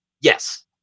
yes